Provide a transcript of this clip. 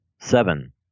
seven